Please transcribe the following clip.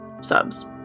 subs